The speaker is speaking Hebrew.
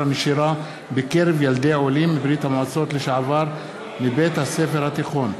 הנשירה בקרב ילדי עולים מברית-המועצות לשעבר מבית-הספר התיכון,